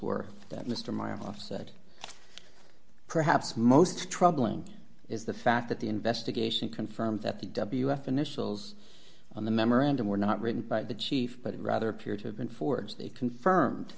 were that mr miles off said perhaps most troubling is the fact that the investigation confirms that the w f initials on the memorandum were not written by the chief but rather appear to have been forged they confirmed